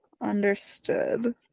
Understood